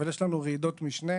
אבל יש לנו רעידות משנה.